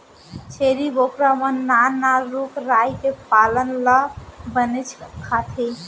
छेरी बोकरा मन नान नान रूख राई के पाना ल बनेच खाथें